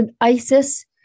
ISIS